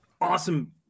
Awesome